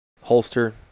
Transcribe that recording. holster